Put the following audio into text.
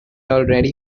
already